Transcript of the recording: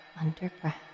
underground